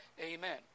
Amen